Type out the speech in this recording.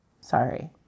Sorry